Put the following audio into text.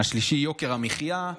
השלישי יוקר המחיה,